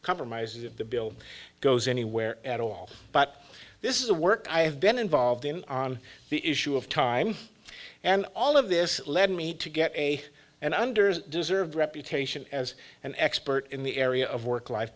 compromises if the bill goes anywhere at all but this is a work i have been involved in on the issue of time and all of this led me to get a and unders deserved reputation as an expert in the area of work life